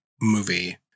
movie